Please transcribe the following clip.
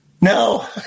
No